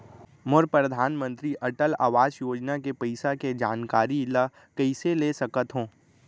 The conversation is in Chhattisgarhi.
मोर परधानमंतरी अटल आवास योजना के पइसा के जानकारी ल कइसे ले सकत हो?